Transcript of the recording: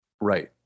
Right